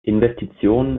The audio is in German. investitionen